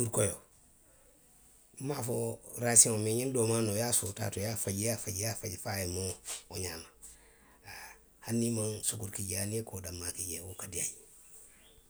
Cuuri koyoo, nmaŋ a fo ňiŋ rasiyoŋo mee ňiŋ doo maanoo, i ye a soo taa to, i ye a faji, i ye a faji, i ye a faji fo a ye moo wo ňaama haa hani i maŋ sukuru ki jee, hani i ye koo danmaŋ ki jee. wo ka diiyaa nňe.,.